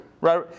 Right